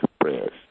prayers